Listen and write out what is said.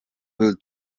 will